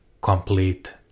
complete